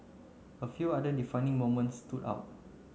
a few other defining moments stood out